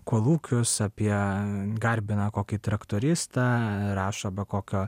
kolūkius apie garbina kokį traktoristą rašo apie kokio